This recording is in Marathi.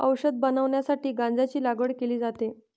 औषध बनवण्यासाठी गांजाची लागवड केली जाते